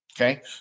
okay